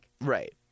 Right